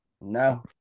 No